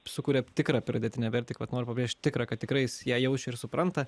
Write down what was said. sukuria tikrą pridėtinę vert tik vat noriu pabrėžt tikrą kad tikrai is ją jaučia ir supranta